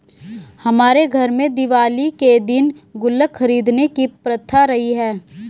हमारे घर में दिवाली के दिन गुल्लक खरीदने की प्रथा रही है